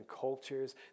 cultures